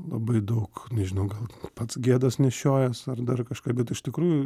labai daug nežinau pats gėdos nešiojas ar dar kažką bet iš tikrųjų